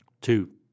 two